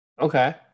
Okay